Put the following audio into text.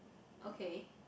okay